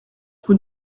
rue